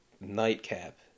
nightcap